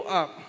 up